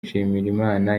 nshimirimana